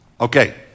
Okay